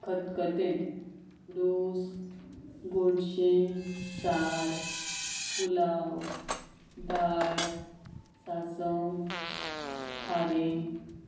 खतखतें रोस गोडशें सार पुलाव दाळ सासव खारें